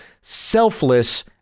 selfless